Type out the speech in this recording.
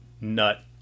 nut